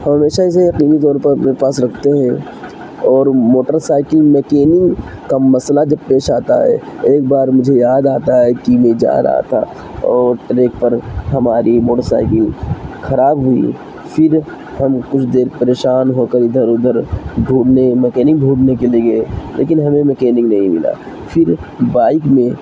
اور اسے ایسے یقینی طور پر اپنے پاس رکھتے ہیں اور موٹر سائیکل مکینک کا مسئلہ جب پیش آتا ہے ایک بار مجھے یاد آتا ہے کہ میں جا رہا تھا اور ٹریک پر ہماری موٹر سائیکل خراب ہوئی پھر ہم کچھ دیر پریشان ہو کر ادھر ادھر ڈھونڈنے مکینک ڈھونڈھنے کے لیے گئے لیکن ہمیں مکینک نہیں ملا پھر بائیک میں